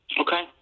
Okay